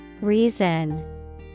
Reason